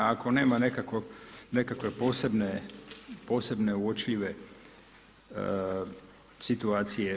Ako nema nekakvog, nekakve posebne uočljive situacije.